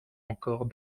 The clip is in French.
encore